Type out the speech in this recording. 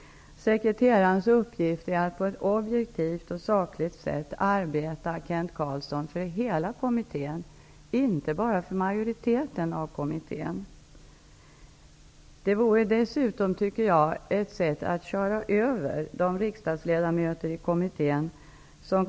Sekreterarens uppgift är att på ett objektivt och sakligt sätt arbeta för hela kommittén, Kent Carlsson, inte bara för majoriteten i kommittén.